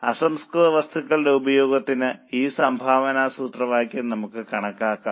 അസംസ്കൃത വസ്തുക്കളുടെ ഉപഭോഗത്തിന് ഈ സംഭാവന സൂത്രവാക്യം നമുക്ക് കണക്കാക്കാം